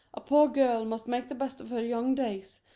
a poor girl must make the best of her young days,